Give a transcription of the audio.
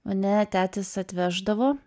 mane tetis atveždavo